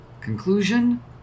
Conclusion